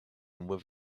with